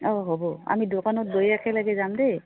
অঁ হ'ব আমি দোকানত গৈ একেলগে যাম দেই